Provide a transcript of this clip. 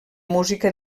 música